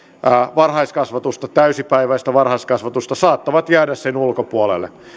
varhaiskasvatusta täysipäiväistä varhaiskasvatusta saattavat jäädä sen ulkopuolelle